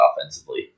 offensively